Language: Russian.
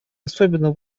особенно